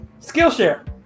Skillshare